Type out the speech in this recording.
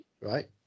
right